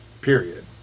period